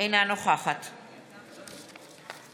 אינה נוכחת המזכירה,